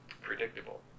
predictable